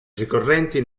ricorrenti